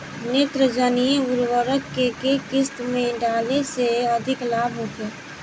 नेत्रजनीय उर्वरक के केय किस्त में डाले से अधिक लाभ होखे?